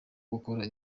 gukora